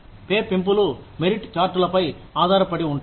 pay పెంపులు merit చార్టులపై ఆధారపడి ఉంటాయి